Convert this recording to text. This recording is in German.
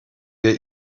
wir